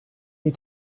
you